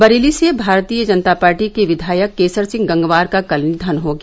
बरेली से भारतीय जनता पार्टी के विधायक केसर सिंह गंगवार का कल निधन हो गया